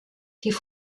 die